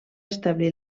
establir